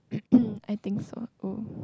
I think so mm